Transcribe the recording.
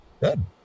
good